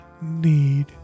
need